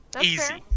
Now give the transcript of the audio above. Easy